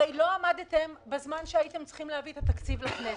הרי לא עמדתם בזמן שהייתם צריכים להביא את התקציב לכנסת.